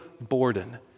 Borden